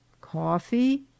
Coffee